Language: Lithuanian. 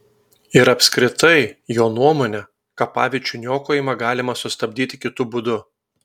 ir apskritai jo nuomone kapaviečių niokojimą galima sustabdyti kitu būdu